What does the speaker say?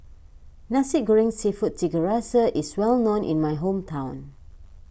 Nasi Goreng Seafood Tiga Rasa is well known in my hometown